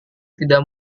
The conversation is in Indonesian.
tidak